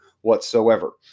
whatsoever